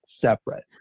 separate